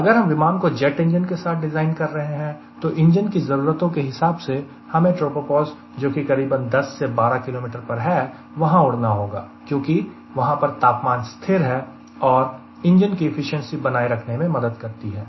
अगर हम विमान को जेट इंजन के साथ डिजाइन कर रहे हैं तो इंजन की ज़रूरतों के हिसाब से हमें ट्रोपोपोज़ जोकि करीबन 10 से 12 किलोमीटर पर है वहां उड़ना होगा क्योंकि वहां पर तापमान स्थिर है और इंजन को एफिशिएंसी बनाए रखने में मदद करता है